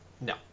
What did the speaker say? No